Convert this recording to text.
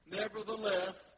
nevertheless